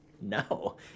No